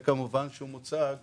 וכמובן שהוא מוצג לרשות.